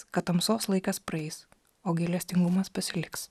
kad tamsos laikas praeis o gailestingumas pasiliks